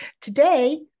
Today